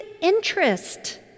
interest